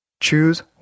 choose